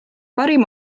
parim